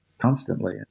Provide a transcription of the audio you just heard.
constantly